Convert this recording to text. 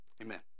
Amen